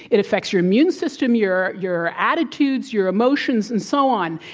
it affects your immune system, your your attitudes, your emotions, and so on.